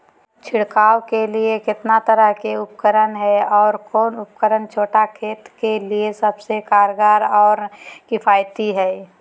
छिड़काव के लिए कितना तरह के उपकरण है और कौन उपकरण छोटा खेत के लिए सबसे कारगर और किफायती है?